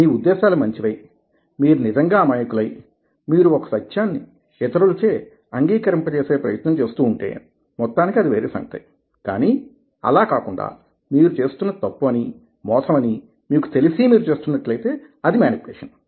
మీ ఉద్దేశ్యాలు మంచివై మీరు నిజంగా అమాయకులై మీరు ఒక సత్యాన్ని ఇతరులచే అంగీకరింప చేసే ప్రయత్నం చేస్తూ ఉంటే మొత్తానికి అది వేరే సంగతి కానీ అలా కాకుండా మీరు చేస్తున్నది తప్పు అనీ మోసం అనీ మీకు తెలిసీ మీరు చేస్తున్నట్లయితే అది మేనిప్యులేషన్